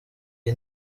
iyi